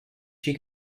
she